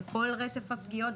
על כל רצף הפגיעות,